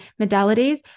modalities